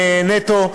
נטו.